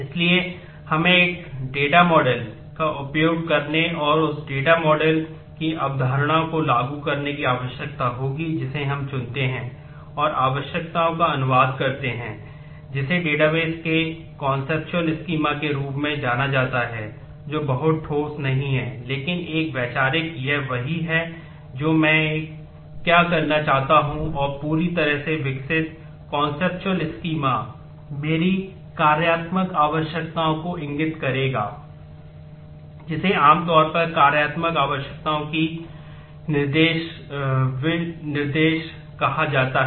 इसलिए हमें एक डेटा मॉडल मेरी कार्यात्मक आवश्यकताओं को इंगित करेगा जिसे आमतौर पर कार्यात्मक आवश्यकताओं की आवश्यकताओं के विनिर्देश कहा जाता है